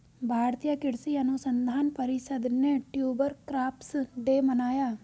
भारतीय कृषि अनुसंधान परिषद ने ट्यूबर क्रॉप्स डे मनाया